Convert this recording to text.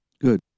Good